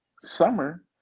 summer